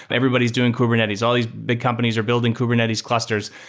but everybody is doing kubernetes. all these big companies are building kubernetes clusters.